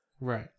Right